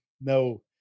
no